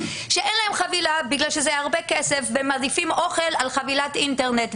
שאין להם חבילה בגלל שזה הרבה כסף והם מעדיפים אוכל על חבילת אינטרנט,